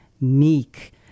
meek